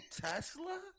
tesla